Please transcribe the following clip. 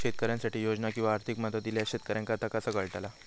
शेतकऱ्यांसाठी योजना किंवा आर्थिक मदत इल्यास शेतकऱ्यांका ता कसा कळतला?